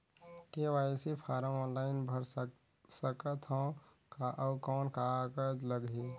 KYC form online भर सकत हवं का? अउ कौन कागज लगही?